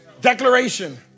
Declaration